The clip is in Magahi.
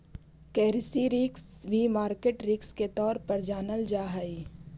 करेंसी रिस्क भी मार्केट रिस्क के तौर पर जानल जा हई